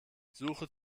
suche